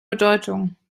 bedeutung